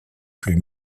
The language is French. plus